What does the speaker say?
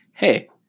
Hey